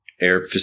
air